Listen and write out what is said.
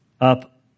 up